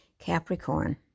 Capricorn